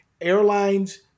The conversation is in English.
Airlines